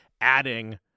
adding